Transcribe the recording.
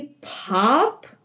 pop